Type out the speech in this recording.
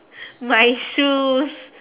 my shoes